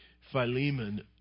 Philemon